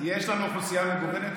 יש לנו אוכלוסייה מגוונת.